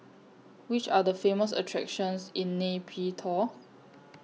Which Are The Famous attractions in Nay Pyi Taw